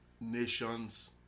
nations